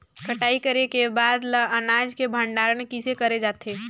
कटाई करे के बाद ल अनाज के भंडारण किसे करे जाथे?